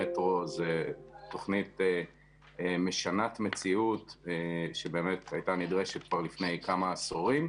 המטרו היא תוכנית שמשנה מציאות שבאמת הייתה נדרשת כבר לפני כמה עשורים.